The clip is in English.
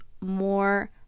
more